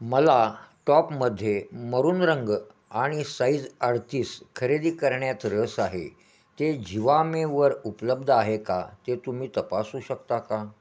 मला टॉपमध्ये मरून रंग आणि साइझ अडतीस खरेदी करण्यात रस आहे ते झिवामेवर उपलब्ध आहे का ते तुम्ही तपासू शकता का